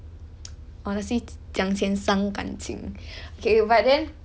honestly 讲钱伤感情 okay but then